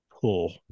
pull